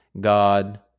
God